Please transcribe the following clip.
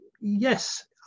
yes